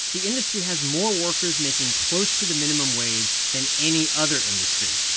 the industry has more workers making close to the minimum wage than any other industry.